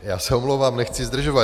Já se omlouvám, nechci zdržovat.